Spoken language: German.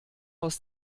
aus